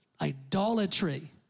Idolatry